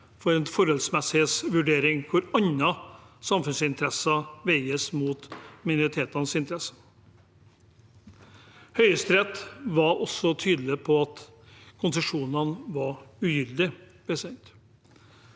for en forholdsmessighetsvurdering hvor andre samfunnsinteresser veies opp mot minoritetenes interesser. Høyesterett var også tydelig på at konsesjonene var ugyldige.